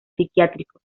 psiquiátrico